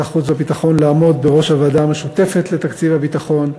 החוץ והביטחון לעמוד בראש הוועדה המשותפת לתקציב הביטחון.